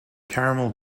caramel